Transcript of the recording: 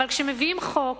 אבל כשמביאים חוק,